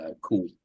cool